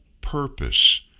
purpose